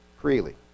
freely